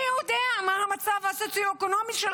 מי יודע מה המצב הסוציו-אקונומי של